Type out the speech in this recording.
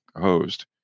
hosed